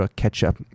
ketchup